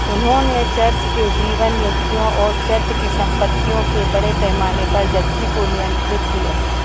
उन्होंने चर्च के जीवन नियुक्तियों और चर्च की संपत्तियों के बड़े पैमाने पर ज़ब्ती को नियंत्रित किया